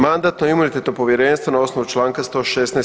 Mandatno-imunitetno povjerenstvo na osnovu čl. 116.